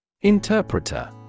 Interpreter